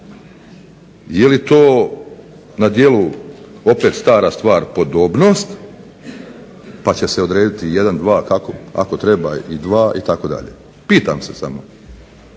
je li to na djelu opet stara stvar podobnost pa će se odrediti jedan, dva, ako treba i dva itd. Pitam se samo